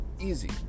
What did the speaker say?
Easy